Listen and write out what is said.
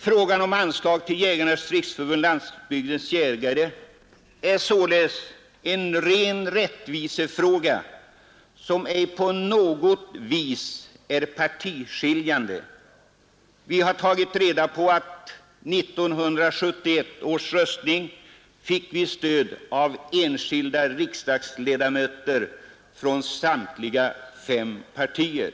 Frågan om anslag till Jägarnas riksförbund Landsbygdens jägare är således en ren rättvisefråga som ej på något vis är Nr 62 partiskiljande. Vi har tagit reda på att vi vid 1971 års röstning fick stöd Torsdagen den av enskilda riksdagsledamöter från samtliga fem partier.